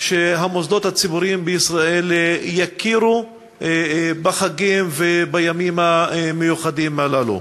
שהמוסדות הציבוריים בישראל יכירו בחגים ובימים המיוחדים הללו.